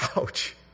Ouch